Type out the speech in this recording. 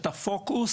את הפוקוס,